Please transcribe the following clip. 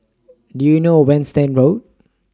Do YOU know Winstedt Road